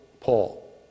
Paul